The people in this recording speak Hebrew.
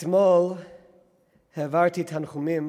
אתמול העברתי תנחומים,